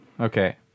Okay